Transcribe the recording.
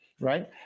Right